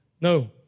No